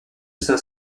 saint